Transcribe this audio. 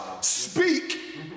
speak